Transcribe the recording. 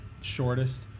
shortest